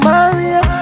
Maria